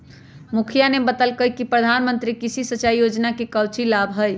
मुखिवा ने बतल कई कि प्रधानमंत्री कृषि सिंचाई योजना के काउची लाभ हई?